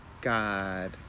god